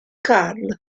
karl